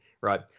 right